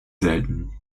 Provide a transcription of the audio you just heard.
selten